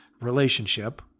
relationship